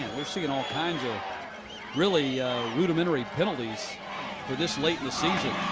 we're seeing all kinds of really rudimentary penalties for this late in the season.